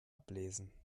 ablesen